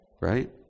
right